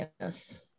Yes